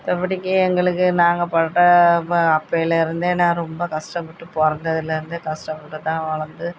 மற்றபடிக்கி எங்களுக்கு நாங்கபட்டே அப்போ அப்போலேருந்தே நான் ரொம்ப கஷ்டப்பட்டு பிறந்ததுலேருந்தே கஷ்டப்பட்டுதான் வளர்ந்து